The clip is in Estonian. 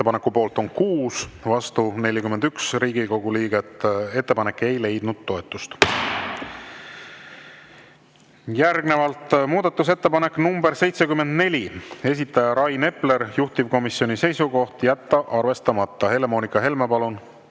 Ettepaneku poolt on 6, vastu 42 Riigikogu liiget. Ettepanek ei leidnud toetust. Järgnevalt muudatusettepanek nr 76, esitaja Alar Laneman, juhtivkomisjoni seisukoht on jätta arvestamata. Helle-Moonika Helme, palun!